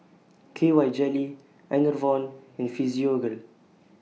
K Y Jelly Enervon and Physiogel